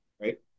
right